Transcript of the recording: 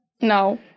no